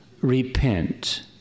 Repent